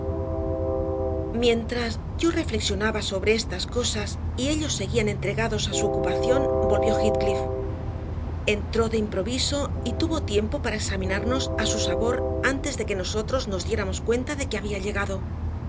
mientras yo reflexionaba sobre estas cosas y ellos seguían entregados a su ocupación volvió heathcliff entró de improviso y tuvo tiempo para examinarnos a su sabor antes de que nosotros nos diéramos cuenta de que había llegado